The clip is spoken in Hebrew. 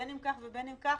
בין אם כך ובין אם כך,